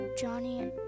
Johnny